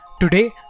today